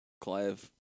Clive